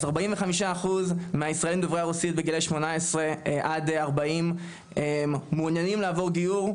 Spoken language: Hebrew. אז 45% מהישראלים דוברי הרוסית בגילאי 18 עד 40 מעוניינים לעבור גיור,